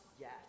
yes